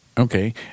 Okay